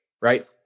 right